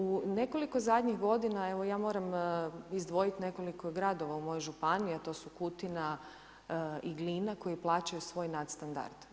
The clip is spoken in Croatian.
U nekoliko zadnjih godina, evo ja moram izdvojiti nekoliko gradova u mojoj županiji, a to su Kutina i Glina koji plaćaju svoj nadstandard.